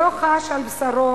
שלא חש על בשרו